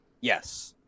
Yes